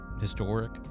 historic